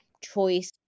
choice